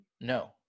No